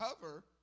cover